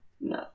No